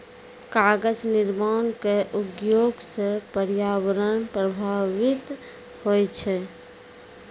कागज निर्माण क उद्योग सँ पर्यावरण प्रभावित होय छै